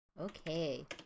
Okay